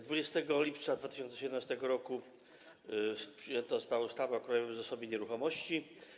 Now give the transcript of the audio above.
20 lipca 2017 r. przyjęta została ustawa o Krajowym Zasobie Nieruchomości.